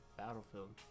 battlefield